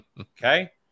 Okay